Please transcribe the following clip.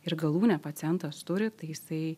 ir galūnę pacientas turi tai jisai